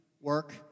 work